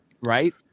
right